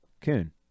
Coon